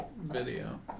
video